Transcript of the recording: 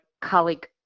colleague